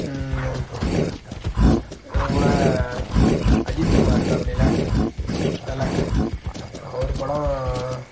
அதுப்போல அஜித்குமார் இருக்காப்புலைலே தலை அவர் படம்